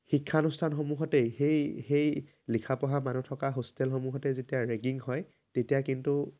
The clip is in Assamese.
শিক্ষানুষ্ঠানসমূহতেই সেই সেই লিখা পঢ়া মানুহ থকা হোষ্টেলসমূহতে যেতিয়া ৰেগিং হয় তেতিয়া কিন্তু